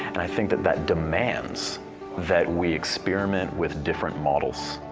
and i think that that demands that we experiment with different models.